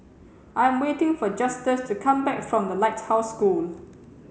I'm waiting for Justus to come back from The Lighthouse School